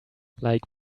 like